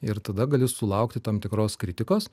ir tada gali sulaukti tam tikros kritikos